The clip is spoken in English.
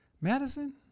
Madison